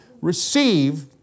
receive